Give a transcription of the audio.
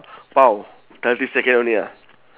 !wow! thirty second only ah